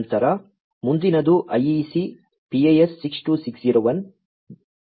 ನಂತರ ಮುಂದಿನದು IEC PAS 62601 WIA PA